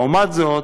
לעומת זאת,